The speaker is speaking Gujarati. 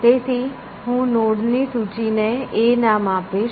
તેથી હું નોડ ની સૂચિ ને A નામ આપીશ